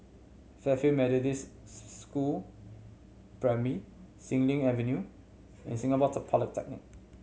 Fairfield Methodist School Primary Xilin Avenue and Singapore Polytechnic